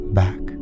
back